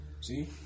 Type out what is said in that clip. See